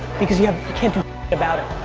because yeah you can't do about it.